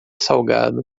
salgado